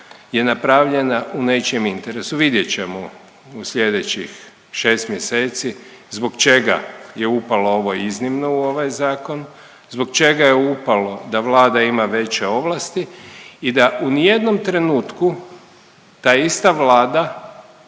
je napravljena u nečijem interesu. Vidjet ćemo u slijedećih 6 mjeseci zbog čega je upalo ovo iznimno u ovaj zakon, zbog čega je upalo da Vlada ima veće ovlasti i da u ni jednom trenutku ta ista Vlada